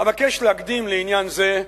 אבקש להקדים לעניין זה,